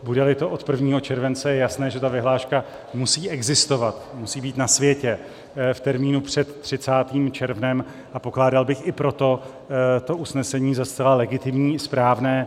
Budeli to od 1. července, je jasné, že ta vyhláška musí existovat, musí být na světě v termínu před 30. červnem, a pokládal bych i proto to usnesení za zcela legitimní a správné.